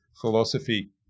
philosophy